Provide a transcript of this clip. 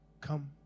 Come